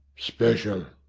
special.